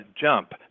jump